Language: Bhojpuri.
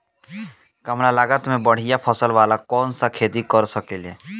कमलागत मे बढ़िया फसल वाला कौन सा खेती करल सही रही?